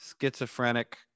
schizophrenic